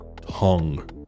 tongue